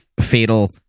fatal